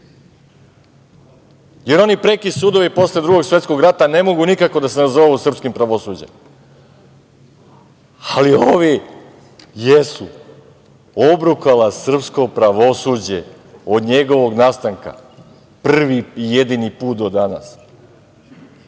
jer oni preki sudovi posle Drugog svetskog rata ne mogu nikako da se nazovu srpskim pravosuđem, ali ovi jesu, obrukali srpsko pravosuđe od njegovog nastanka, prvi i jedini put do danas.